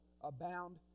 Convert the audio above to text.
abound